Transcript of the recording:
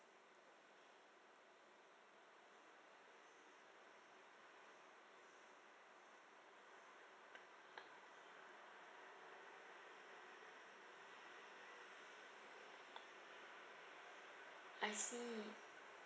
I see